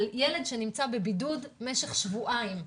על ילד שנמצא בבידוד במשך שבועיים בבית,